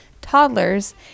toddlers